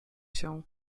się